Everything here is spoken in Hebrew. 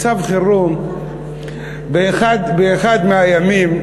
מצב חירום באחד מהימים,